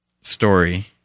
story